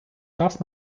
час